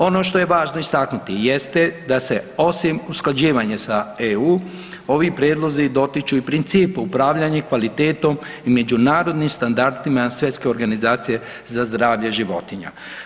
Ono što je važno istaknuti jeste da se osim usklađivanja sa EU, ovi prijedlozi dotiču i principa upravljanja kvalitetom i međunarodnim standardima Svjetske organizacije za zdravlje životinja.